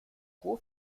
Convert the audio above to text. pro